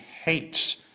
hates